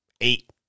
eight